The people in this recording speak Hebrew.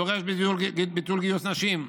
דורש ביטול גיוס נשים,